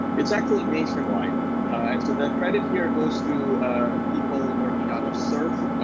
it's actually nationwide, and so the credit here goes to people working out of surf.